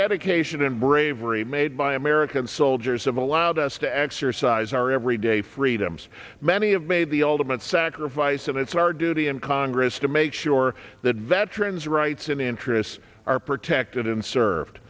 dedication and bravery made by american soldiers have allowed us to exercise our everyday freedoms many have made the ultimate sacrifice and it's our duty in congress to make sure that veterans rights and interests are protected and served